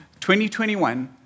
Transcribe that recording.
2021